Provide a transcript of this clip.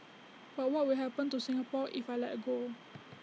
but what will happen to Singapore if I let go